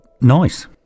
nice